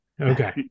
Okay